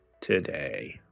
today